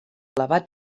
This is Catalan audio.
alabat